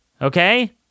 Okay